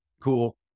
cool